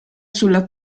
sulla